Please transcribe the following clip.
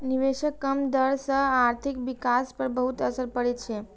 निवेशक कम दर सं आर्थिक विकास पर बहुत असर पड़ै छै